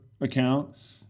account